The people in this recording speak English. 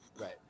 Right